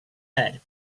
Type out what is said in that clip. head